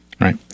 right